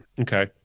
Okay